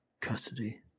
Custody